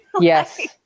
yes